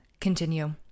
continue